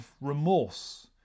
remorse